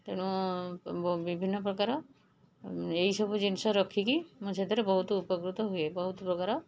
ତେଣୁ ବିଭିନ୍ନପ୍ରକାର ଏଇ ସବୁ ଜିନିଷ ରଖିକି ମୁଁ ସେଥିରେ ବହୁତ ଉପକୃତ ହୁଏ ବହୁତ ପ୍ରକାର